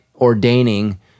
ordaining